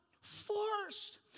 forced